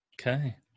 okay